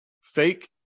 fake